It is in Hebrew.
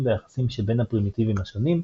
והיחסים שבין הפרימיטיבים השונים,